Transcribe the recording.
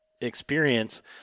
experience